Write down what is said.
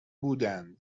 بودن